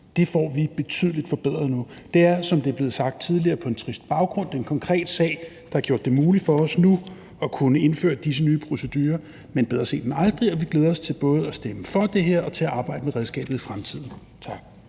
Det får vi betydelig forbedret nu. Det er, som det er blevet sagt tidligere, på en trist baggrund. Det er en konkret sag, der har gjort det muligt for os nu at kunne indføre disse nye procedurer. Men bedre sent end aldrig, og vi glæder os til både at stemme for det her og til at arbejde med redskabet i fremtiden. Tak.